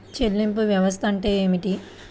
చెల్లింపు వ్యవస్థ అంటే ఏమిటి?